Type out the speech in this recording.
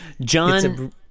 John